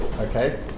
okay